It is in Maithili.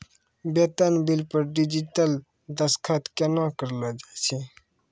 बेतन बिल पर डिजिटल दसखत केना करलो जाय छै?